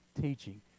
teaching